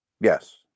Yes